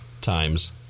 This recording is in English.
Times